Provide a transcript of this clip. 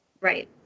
Right